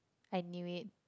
I knew it